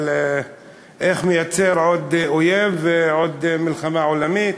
איך לייצר עוד אויב ועוד מלחמה עולמית?